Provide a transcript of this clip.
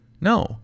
No